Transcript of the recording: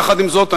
יחד עם זאת,